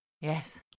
yes